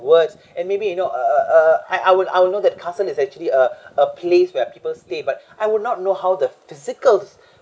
words and maybe you know uh uh uh I I will I will know that castle is actually uh a place where people stay but I will not know how the physicals